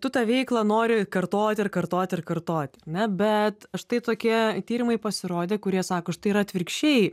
tu tą veiklą nori kartot ir kartot ir kartot ar ne bet štai tokie tyrimai pasirodė kurie sako štai yra atvirkščiai